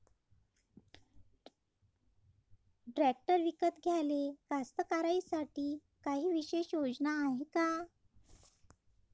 Tractor विकत घ्याले कास्तकाराइसाठी कायी विशेष योजना हाय का?